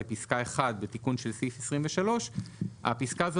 זה פסקה 1 לתיקון של סעיף 23. הפסקה הזו